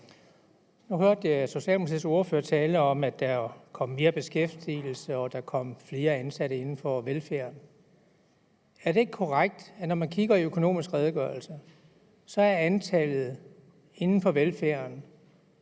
Nu hørte jeg Socialdemokratiets ordfører tale om, at der ville komme mere beskæftigelse, og at der ville komme flere ansatte inden for velfærden. Er det ikke korrekt, at når man kigger i Økonomisk Redegørelse, vil man se, at antallet af ansatte inden for velfærden